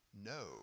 No